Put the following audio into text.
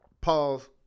Pause